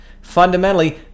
fundamentally